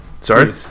sorry